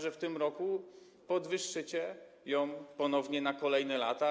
Że w tym roku podwyższycie ją ponownie na kolejne lata.